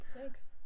Thanks